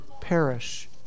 perish